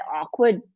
awkward